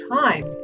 time